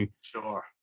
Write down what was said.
Sure